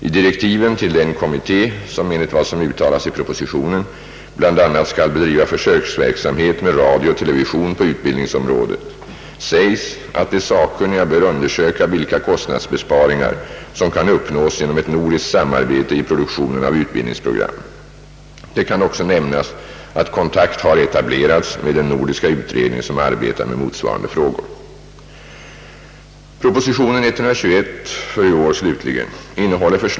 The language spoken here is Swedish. I direktiven till den kommitté, som — enligt vad som uttalas i propositionen — bl.a. skall bedriva försöksverksamhet med radio och television på utbildningsområdet, sägs att de sakkunniga bör undersöka vilka kostnadsbesparingar som kan uppnås genom ett nordiskt samarbete i produktionen av utbildningsprogram. Det kan också nämnas att kontakt har etablerats med den norska utredning som arbetar med motsvarande frågor.